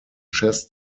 chess